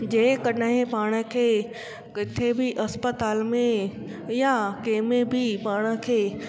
जे कॾहिं पाण खे किथे बि इस्पतालि में या कंहिं में बि पाण खे